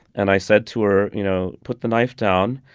and i said to her, you know, put the knife down.